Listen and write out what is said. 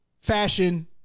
fashion